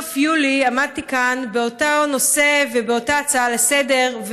בסוף יולי עמדתי כאן באותו נושא ובאותה הצעה לסדר-היום,